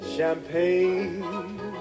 Champagne